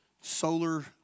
solar